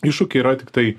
iššūkiai yra tiktai